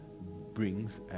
brings